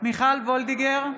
מיכל וולדיגר,